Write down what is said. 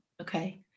Okay